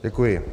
Děkuji.